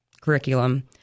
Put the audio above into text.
curriculum